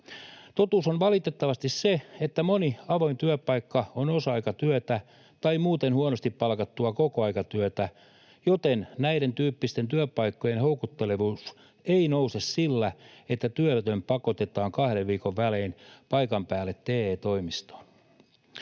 Totuus on valitettavasti se, että moni avoin työpaikka on osa-aikatyötä tai muuten huonosti palkattua kokoaikatyötä, joten näiden tyyppisten työpaikkojen houkuttelevuus ei nouse sillä, että työtön pakotetaan kahden viikon välein paikan päälle TE-toimistoon.